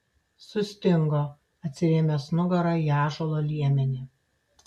sustingo atsirėmęs nugara į ąžuolo liemenį